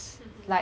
mm hmm